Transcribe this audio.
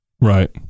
Right